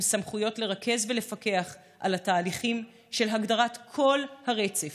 עם סמכויות לרכז ולפקח על התהליכים של הגדרת כל הרצף,